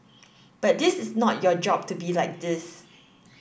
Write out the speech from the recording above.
but this is not your job to be like this